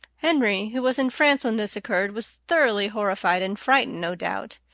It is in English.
henry, who was in france when this occurred, was thoroughly horrified and frightened, no doubt.